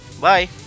bye